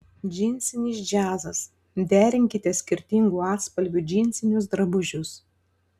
džinsinis džiazas derinkite skirtingų atspalvių džinsinius drabužius